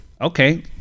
Okay